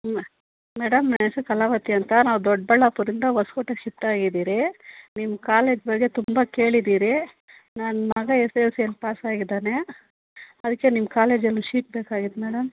ಹ್ಞೂ ಮೇಡಮ್ ನನ್ನ ಹೆಸರು ಕಲಾವತಿ ಅಂತ ನಾವು ದೊಡ್ಬಳ್ಳಾಪುರ್ದಿಂದ ಹೊಸ್ಕೋಟೆ ಶಿಫ್ಟ್ ಆಗಿದ್ದೀರಿ ನಿಮ್ಮ ಕಾಲೇಜ್ ಬಗ್ಗೆ ತುಂಬ ಕೇಳಿದ್ದೀರಿ ನನ್ನ ಮಗ ಎಸ್ ಎಲ್ ಸಿಯಲ್ಲಿ ಪಾಸ್ ಆಗಿದ್ದಾನೆ ಅದಕ್ಕೆ ನಿಮ್ಮ ಕಾಲೇಜಲ್ಲಿ ಶೀಟ್ ಬೇಕಾಗಿತ್ತು ಮೇಡಮ್